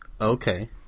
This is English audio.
Okay